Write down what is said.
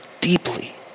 deeply